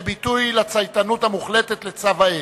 כביטוי לצייתנות המוחלטת לצו האל.